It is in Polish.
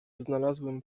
znalazłem